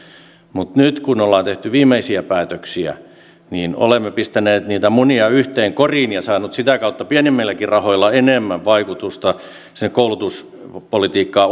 mutta nyt kun olemme tehneet viimeisiä päätöksiä niin olemme pistäneet niitä munia yhteen koriin ja saaneet sitä kautta pienemmilläkin rahoilla enemmän vaikutusta siihen koulutuspolitiikkaan